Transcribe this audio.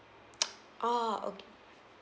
oh okay